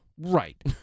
Right